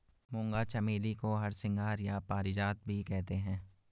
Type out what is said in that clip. मूंगा चमेली को हरसिंगार या पारिजात भी कहते हैं